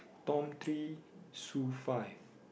Tom three Sue five